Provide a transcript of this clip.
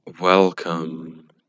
Welcome